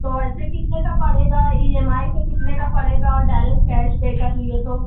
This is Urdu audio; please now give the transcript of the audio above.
تو ایسے کتنے کا پڑے گا ای ایم آئی پہ کتنے کا پڑے گا اور ڈائریکٹ کیش دے کر لیے تو